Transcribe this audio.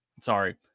sorry